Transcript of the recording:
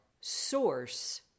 source